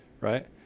right